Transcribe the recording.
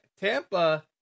Tampa